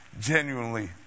Genuinely